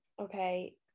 okay